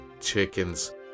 chickens